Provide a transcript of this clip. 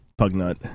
Pugnut